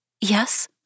Yes